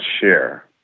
share